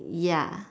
ya